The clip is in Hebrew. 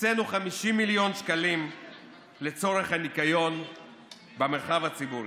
הקצינו 50 מיליון שקלים לצורך הניקיון במרחב הציבורי.